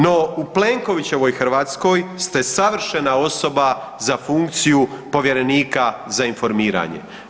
No u Plenkovićevoj Hrvatskoj ste savršena osoba za funkciju povjerenika za informiranje.